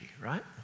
right